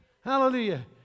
Hallelujah